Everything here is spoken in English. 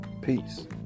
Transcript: Peace